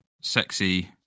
sexy